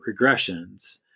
regressions